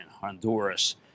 Honduras